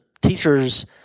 teachers